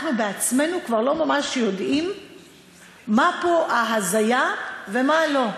אנחנו בעצמנו כבר לא ממש יודעים מה פה ההזיה ומה לא.